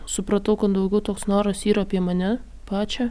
supratau kad daugiau toks noras yra apie mane pačią